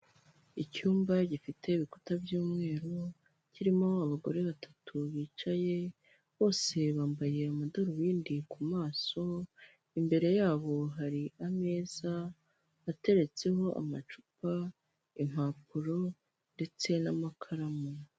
Icyumba gifite ibikuta by'umweru kirimo abagore batatu bicaye, bose bambaye amadarubindi ku maso imbere yabo hari ameza ateretseho amacupa, impapuro ndetse n'amakaramu.